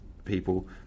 people